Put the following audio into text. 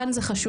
כאן זה חשוב,